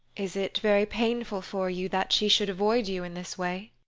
is it very painful for you that she should avoid you in this way?